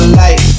light